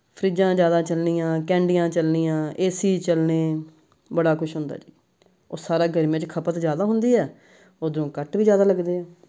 ਫਰਿੱਜ਼ਾਂ ਜ਼ਿਆਦਾ ਚੱਲਣੀਆਂ ਕੈਂਡੀਆਂ ਚੱਲਣੀਆਂ ਏ ਸੀ ਚੱਲਣੇ ਬੜਾ ਕੁਛ ਹੁੰਦਾ ਜੀ ਉਹ ਸਾਰਾ ਗਰਮੀਆਂ 'ਚ ਖਪਤ ਜ਼ਿਆਦਾ ਹੁੰਦੀ ਹੈ ਉਦੋਂ ਕੱਟ ਵੀ ਜ਼ਿਆਦਾ ਲੱਗਦੇ ਹੈ